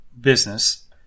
business